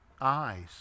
eyes